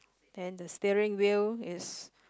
then the steering wheel is